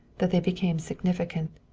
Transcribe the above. that they became significant.